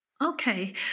Okay